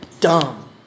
Dumb